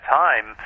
time